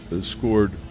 scored